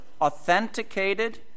authenticated